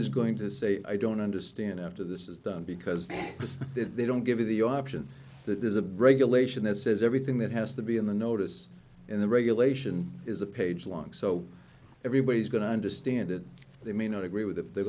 is going to say i don't understand after this is done because if they don't give you the option that is a break elation that says everything that has to be in the notice and the regulation is a page long so everybody's going to understand it they may not agree with it they